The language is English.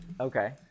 Okay